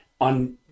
on